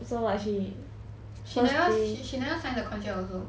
she never she never sign the contract also